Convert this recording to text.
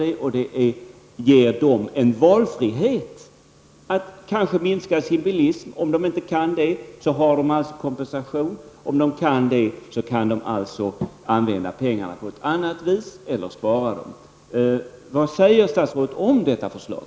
Detta skulle ge dem en valfrihet. Kanske minskar de sedan bilismen. Om det inte kan göra det, får de alltså kompensation. Kan de göra det, kan de använda pengarna på ett annat sätt, kanske spara dem. Vad säger statsrådet om detta förslag?